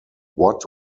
what